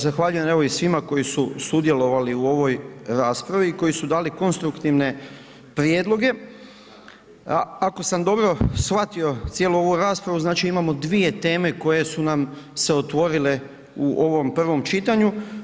Zahvaljujem evo i svima koji su sudjelovali u ovoj raspravi i koji su dali konstruktivne prijedloge, ako sam dobro shvatio cijelu ovu raspravu znači imamo dvije teme koje su nam se otvorile u ovom prvom čitanju.